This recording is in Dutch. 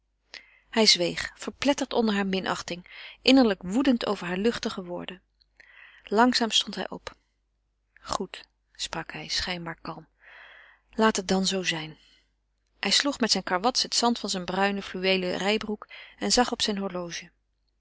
hij zweeg verpletterd onder hare minachting innerlijk woedend over haar luchtige woorden langzaam stond hij op goed sprak hij schijnbaar kalm laat het dan zoo zijn hij sloeg met zijn karwats het zand van zijn bruine fluweelen rijbroek en zag op zijn horloge